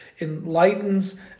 enlightens